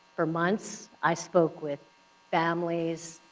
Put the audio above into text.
for months, i spoke with families,